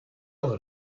load